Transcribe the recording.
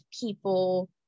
people